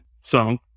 song